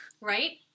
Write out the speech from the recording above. Right